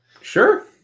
Sure